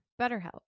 BetterHelp